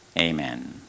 Amen